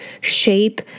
shape